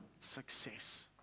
success